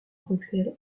bruxelles